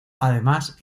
además